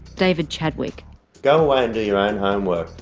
david chadwick go away and do your own homework,